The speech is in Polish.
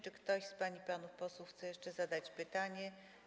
Czy ktoś z pań i panów posłów chce jeszcze zadać pytanie?